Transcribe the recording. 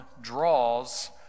draws